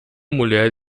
mulher